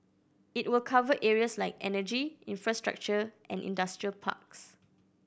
it will cover areas like energy infrastructure and industrial parks